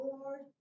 Lord